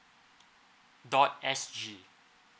dot S_G